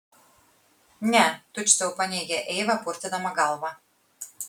ne tučtuojau paneigė eiva purtydama galvą